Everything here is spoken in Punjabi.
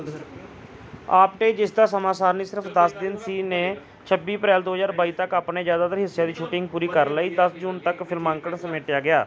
ਆਪਟੇ ਜਿਸਦਾ ਸਮਾਂ ਸਾਰਣੀ ਸਿਰਫ਼ ਦਸ ਦਿਨ ਸੀ ਨੇ ਛੱਬੀ ਅਪ੍ਰੈਲ ਦੋ ਹਜ਼ਾਰ ਬਾਈ ਤੱਕ ਆਪਣੇ ਜ਼ਿਆਦਾਤਰ ਹਿੱਸਿਆਂ ਦੀ ਸ਼ੂਟਿੰਗ ਪੂਰੀ ਕਰ ਲਈ ਦਸ ਜੂਨ ਤੱਕ ਫ਼ਿਲਮਾਂਕਣ ਸਮੇਟਿਆ ਗਿਆ